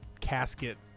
casket